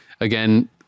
again